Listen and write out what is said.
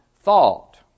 thought